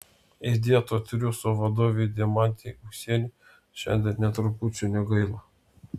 įdėto triūso vadovei deimantei ūsienei šiandien nė trupučio negaila